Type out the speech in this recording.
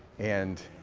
and